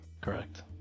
Correct